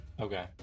Okay